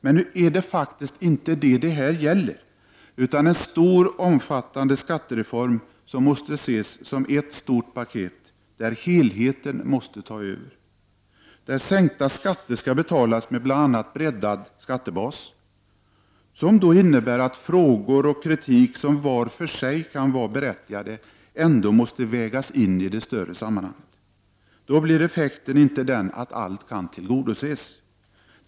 Men nu är det faktiskt inte det som det gäller, utan det gäller en stor, omfattande skattereform, som måste ses som ett stort paket, där helheten måste ta över. Sänkta skatter skall betalas med bl.a. en breddad skattebas, som innebär att frågor och kritik som var för sig kan vara berättigade ändå måste vägas in i det större sammanhanget. Då blir effekten den att inte allt kan tillgodoses.